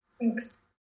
thanks